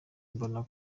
mbona